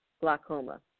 glaucoma